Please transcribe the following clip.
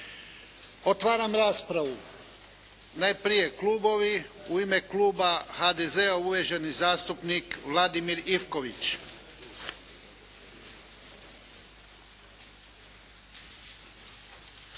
Otvaram raspravu. Najprije klubovi. U ime kluba HDZ-a uvaženi zastupnik Vladimir Ivković.